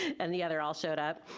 and the other all showed up.